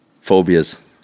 Phobias